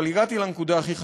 אבל הגעתי לנקודה הכי חשובה: